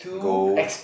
golf